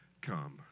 come